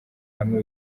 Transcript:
hamwe